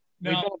No